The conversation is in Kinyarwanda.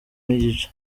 n’igice